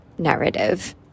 Narrative